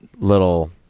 little